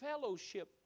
Fellowship